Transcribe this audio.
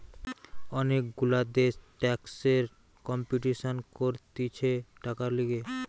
অনেক গুলা দেশ ট্যাক্সের কম্পিটিশান করতিছে টাকার লিগে